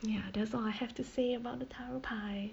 ya that's all I have to say about the taro pie